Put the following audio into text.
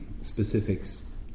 Specifics